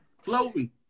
floating